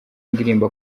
ndirimbo